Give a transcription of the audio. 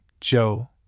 Joe